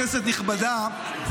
כנסת נכבדה,